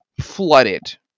flooded